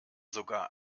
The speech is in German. sogar